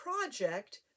project